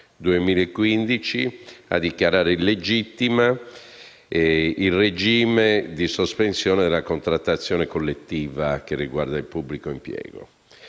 2015 a dichiarare illegittimo il regime di sospensione della contrattazione collettiva che riguarda il pubblico impiego.